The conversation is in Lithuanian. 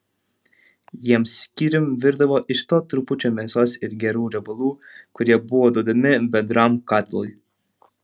jiems skyrium virdavo iš to trupučio mėsos ir gerų riebalų kurie buvo duodami bendram katilui